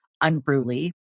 unruly